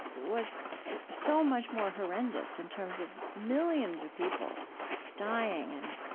was so much more horrendous, in terms of millions of people dying and